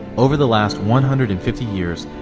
over the last one hundred and fifty years,